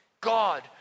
God